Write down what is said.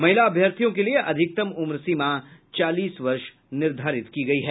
महिला अभ्यर्थियों के लिए अधिकतम उम्र सीमा चालीस वर्ष निर्धारित है